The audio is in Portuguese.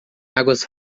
águas